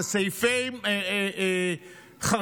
זה סעיפים חרדיים.